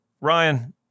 Ryan